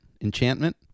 Enchantment